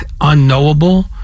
unknowable